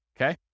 okay